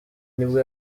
nibwo